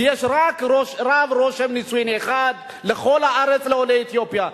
כי יש רק רב רושם נישואים אחד לכל הארץ לעולי אתיופיה.